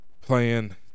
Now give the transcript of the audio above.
playing